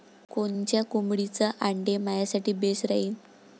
कोनच्या कोंबडीचं आंडे मायासाठी बेस राहीन?